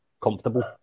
comfortable